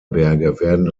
werden